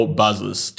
buzzers